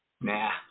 Nah